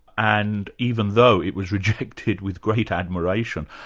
and even though it was rejected with great admiration.